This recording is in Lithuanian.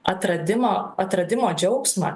atradimo atradimo džiaugsmą